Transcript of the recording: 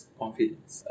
confidence